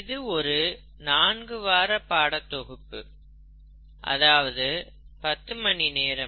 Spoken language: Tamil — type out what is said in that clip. இது ஒரு நான்கு வார பாடத்தொகுப்பு அதாவது 10 மணி நேரம்